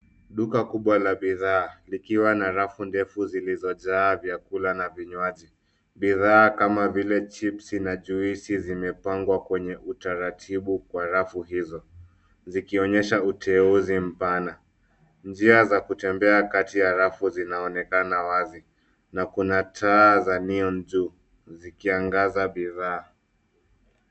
Duka kubwa la bidhaa likiwa na rafu ndefu zilizojaa vyakula na vinywaji. Bidhaa kama vile chipsi na juisi zimepangwa kwenye utaratibu kwa rafu hizo zikionyesha uteuzi mpana. Njia za kutembea kati ya rafu zinaonekana wazi na kuna taa za neon juu zikiangaza bidhaa.